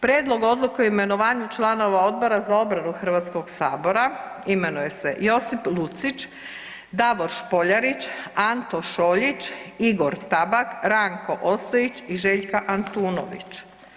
Prijedlog odluke o imenovanju članova Odbora za obranu Hrvatskog sabora imenuju se Josip Lucić, Davor Špoljarić, Anto Šoljić, Igor Tabak, Ranko Ostojić i Željka Antunović.